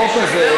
בחוק הזה,